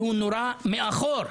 נכון.